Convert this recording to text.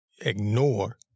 ignore